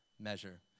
Measure